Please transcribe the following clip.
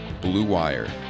BlueWire